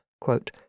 quote